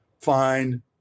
find